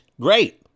great